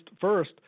first